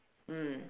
mm